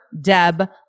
Deb